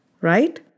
right